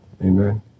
Amen